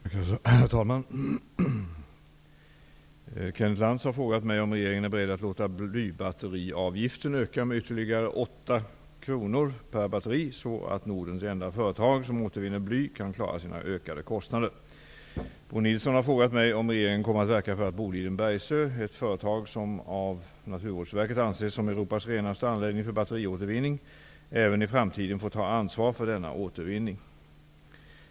Herr talman! Kenneth Lantz har frågat mig om regeringen är beredd att låta blybatteriavgiften öka med ytterligare 8 kr per batteri, så att Nordens enda företag som återvinner bly kan klara sina ökade kostnader. Bo Nilsson har frågat mig om regeringen kommer att verka för att Boliden Bergsöe, ett företag som av Naturvårdsverket anses som Europas renaste anläggning för batteriåtervinning, även i framtiden får ta ansvar för denna återvinning.